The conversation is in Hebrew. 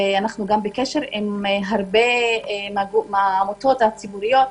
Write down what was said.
ואנחנו גם בקשר עם הרבה מהעמותות הציבוריות.